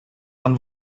dann